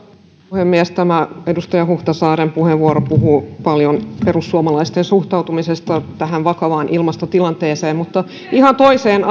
puhemies edustaja huhtasaaren puheenvuoro puhuu paljon perussuomalaisten suhtautumisesta tähän vakavaan ilmastotilanteeseen mutta ihan toiseen